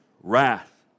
wrath